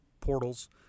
portals